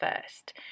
first